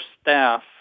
staff